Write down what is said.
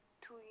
two